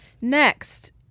Next